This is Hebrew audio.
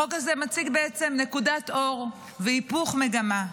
החוק הזה מציג בעצם נקודת אור והיפוך מגמה.